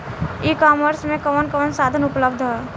ई कॉमर्स में कवन कवन साधन उपलब्ध ह?